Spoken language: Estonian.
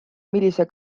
millise